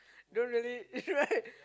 don't really right